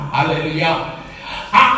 Hallelujah